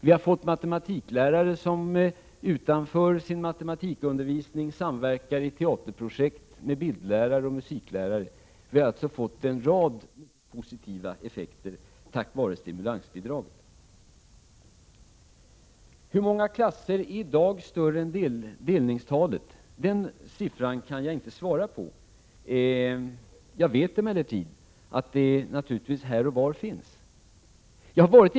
Vi har fått matematiklärare som utanför sin matematikundervisning samverkar i teaterprojekt med bildlärare och musiklärare. Vi har således tack vare stimulansbidraget fått en rad mycket positiva effekter. Hur många klasser är i dag större än delningstalet? Den frågan kan jag inte svara på med en exakt siffra. Jag vet emellertid att det naturligtvis här och var finns klasser som är större än delningstalet.